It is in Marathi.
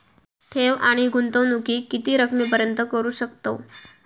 ठेव आणि गुंतवणूकी किती रकमेपर्यंत करू शकतव?